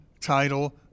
title